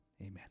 amen